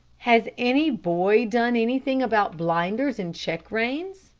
has any boy done anything about blinders and check-reins?